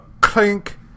clink